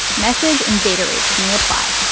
message and data rates may apply.